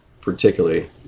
particularly